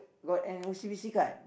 got an O_C_B_C card